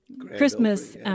Christmas